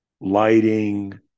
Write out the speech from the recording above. lighting